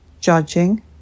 judging